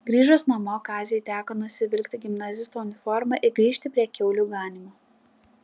grįžus namo kaziui teko nusivilkti gimnazisto uniformą ir grįžti prie kiaulių ganymo